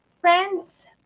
Friends